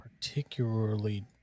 particularly